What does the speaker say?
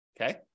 Okay